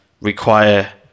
require